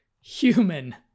Human